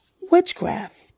witchcraft